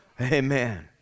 amen